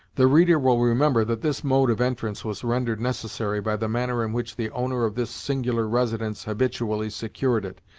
the reader will remember that this mode of entrance was rendered necessary by the manner in which the owner of this singular residence habitually secured it,